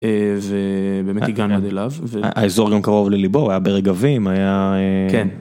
ובאמת הגענו עד אליו, והאזור גם קרוב לליבו, היה ברגבים, היה...